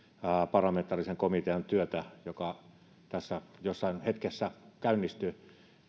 parlamentaarisen komitean työtä joka tässä jossain hetkessä käynnistyy